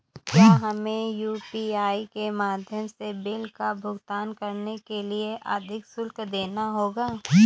क्या हमें यू.पी.आई के माध्यम से बिल का भुगतान करने के लिए अधिक शुल्क देना होगा?